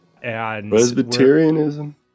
Presbyterianism